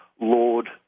lord